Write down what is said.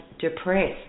depressed